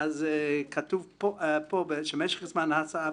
כתוב פה ש"משך זמן ההסעה...